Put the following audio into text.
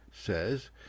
says